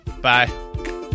Bye